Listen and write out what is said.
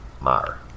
Mar